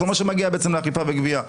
כל מה שמגיע לאכיפה וגבייה.